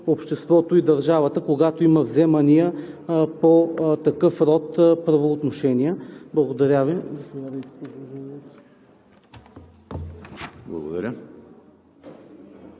обществото и държавата, когато има вземания по такъв род правоотношения. Благодаря Ви.